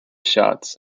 shots